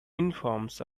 informs